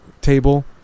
table